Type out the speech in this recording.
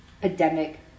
pandemic